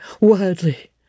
wildly